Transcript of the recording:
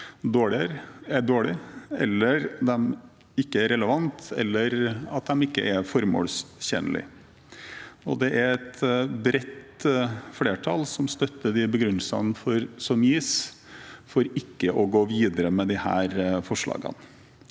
at de ikke er formålstjenlige. Det er et bredt flertall som støtter de begrunnelsene som gis for ikke å gå videre med disse forslagene.